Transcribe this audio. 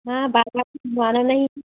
हाँ बार बार तो बनवाना नहीं है